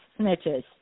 snitches